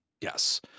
Yes